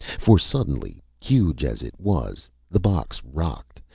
for suddenly, huge as it was, the box rocked,